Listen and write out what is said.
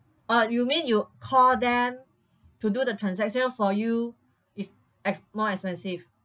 oh you mean you call them to do the transaction for you is ex~ more expensive